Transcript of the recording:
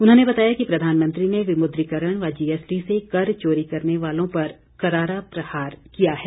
उन्होंने बताया कि प्रधानमंत्री ने विमुद्रीकरण व जीएसटी से कर चोरी करने वालों पर करारा प्रहार किया है